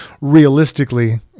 realistically –